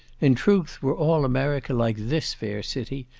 in truth, were all america like this fair city,